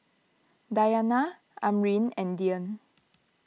Dayana Amrin and Dian